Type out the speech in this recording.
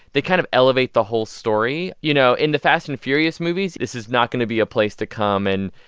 they kind of elevate the whole story you know, in the fast and furious movies, this is not going to be a place to come and,